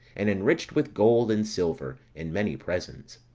and enriched with gold, and silver, and many presents.